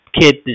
kid